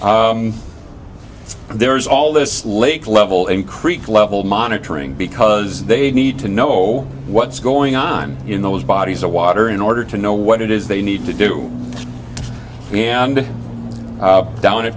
am there's all this lake level in creek level monitoring because they need to know what's going on in those bodies of water in order to know what it is they need to do and down a